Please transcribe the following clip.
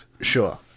Sure